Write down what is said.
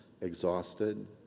exhausted